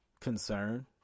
concern